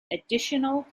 additional